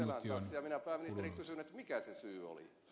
minä pääministeri kysyn mikä se syy oli